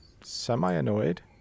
semi-annoyed